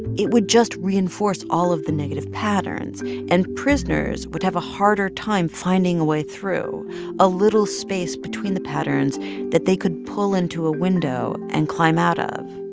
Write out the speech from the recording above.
it would just reinforce all of the negative patterns and prisoners would have a harder time finding a way through a little space between the patterns that they could pull into a window and climb out of.